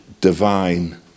divine